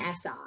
SI